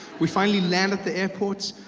we finally land at the airport.